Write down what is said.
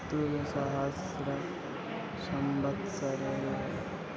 तुय सहस्रसंवत्सरयोः